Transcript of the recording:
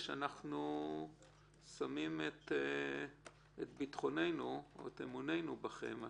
אנחנו שמים את ביטחוננו או את אמוננו בכם.